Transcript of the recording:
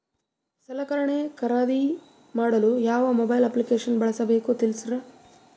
ಸಲಕರಣೆ ಖರದಿದ ಮಾಡಲು ಯಾವ ಮೊಬೈಲ್ ಅಪ್ಲಿಕೇಶನ್ ಬಳಸಬೇಕ ತಿಲ್ಸರಿ?